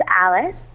alice